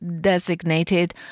designated